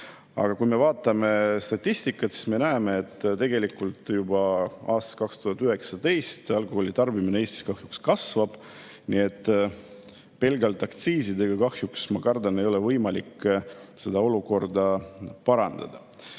Aga kui me vaatame statistikat, siis me näeme, et tegelikult juba aastast 2019 on alkoholi tarbimine Eestis kahjuks kasvanud. Nii et pelgalt aktsiisidega kahjuks, ma kardan, ei ole võimalik seda olukorda parandada.